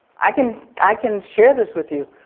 i can i can share this with you,